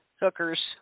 hookers